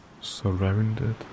surrounded